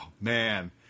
Man